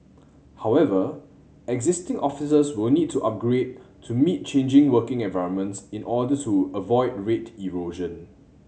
however existing offices will need to upgrade to meet changing working requirements in order to avoid rate erosion